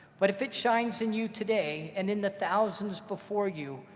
but if it shines in you today, and in the thousands before you,